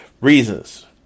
reasons